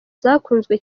zakunzwe